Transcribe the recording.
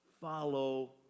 follow